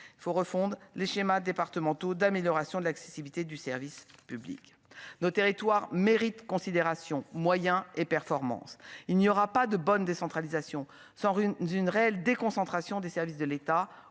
il faut refondre les schémas départementaux d'amélioration de l'accessibilité du service public, nos territoires mérite considération moyen et performance, il n'y aura pas de bonne décentralisation sans rhume d'une réelle déconcentration des services de l'État